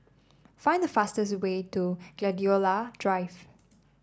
find the fastest way to Gladiola Drive